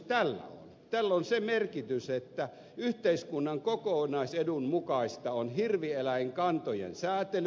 tällä on se merkitys että yhteiskunnan kokonaisedun mukaista on hirvieläinkantojen säätely